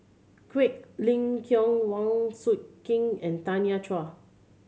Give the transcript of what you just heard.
Quek Ling Kiong Wang Sui King and Tanya Chua